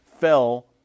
fell